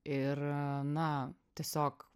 ir na tiesiog